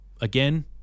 Again